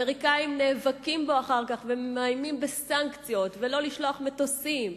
האמריקנים נאבקים בו אחר כך ומאיימים בסנקציות ושלא ישלחו מטוסים,